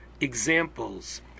examples